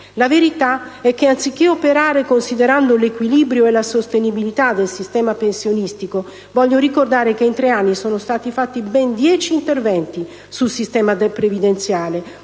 La verità è che anziché operare considerando l'equilibrio e la sostenibilità del sistema pensionistico, in tre anni - lo voglio ricordare - sono stati fatti ben dieci interventi sul sistema previdenziale,